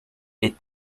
est